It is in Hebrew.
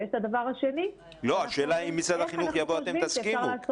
ויש את הדבר השני --- השאלה אם אתם תסכימו למהלך